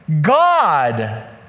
God